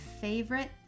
favorite